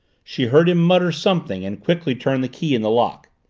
she heard him mutter something and quickly turn the key in the lock.